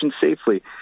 safely